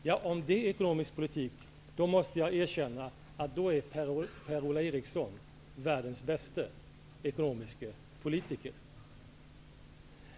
Om det är det som är ekonomisk politik, måste jag erkänna att Per Ola Eriksson är världens bäste ekonomiska politiker.